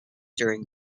during